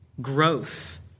growth